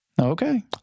Okay